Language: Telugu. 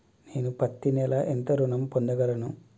నేను పత్తి నెల ఎంత ఋణం పొందగలను?